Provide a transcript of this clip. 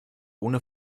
ohne